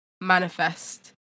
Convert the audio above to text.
manifest